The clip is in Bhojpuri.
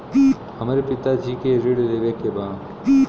हमरे पिता जी के ऋण लेवे के बा?